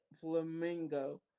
Flamingo